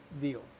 deal